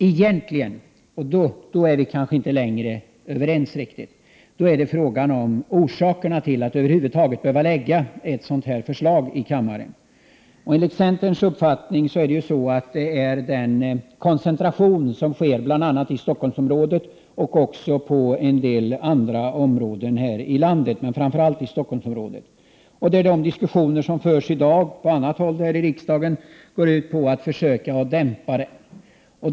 Egentligen — och då är vi kanske inte riktigt överens — är frågan varför det över huvud taget behöver läggas fram ett sådant här förslag i kammaren. Enligt centerns uppfattning är det stora problemet koncentrationen i framför allt Stockholmsområdet men även inom andra områden i landet. Den diskussion som förs i dag även på andra håll än här i riksdagen går ut på att försöka dämpa överhettningen.